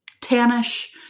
tannish